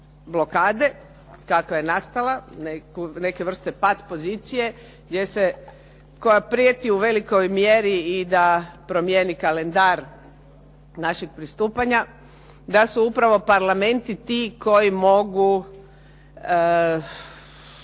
blokade kakva je nastala, neke vrste pat pozicije koja prijeti u velikoj mjeri i da promijeni kalendar našeg pristupanja. Da su upravo parlamenti koji mogu